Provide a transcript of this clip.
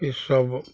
ईसब